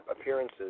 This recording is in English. appearances